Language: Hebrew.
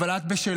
אבל את בשלך.